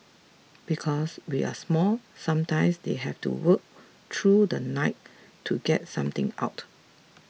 because we are small sometimes they have to work through the night to get something out